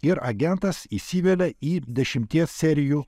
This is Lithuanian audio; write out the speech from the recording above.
ir agentas įsivelia į dešimties serijų